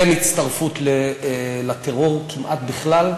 אין הצטרפות לטרור כמעט בכלל.